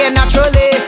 naturally